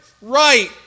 right